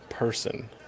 person